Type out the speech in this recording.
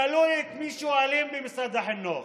תלוי את מי שואלים במשרד החינוך.